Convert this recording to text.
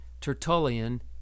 Tertullian